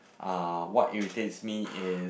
ah what irritates me is